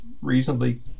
reasonably